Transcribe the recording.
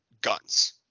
guns